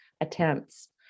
attempts